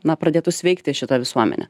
na pradėtų sveikti šita visuomenė